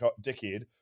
dickhead